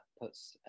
puts